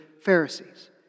Pharisees